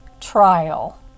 trial